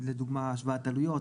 לדוגמא: השוואת עלויות,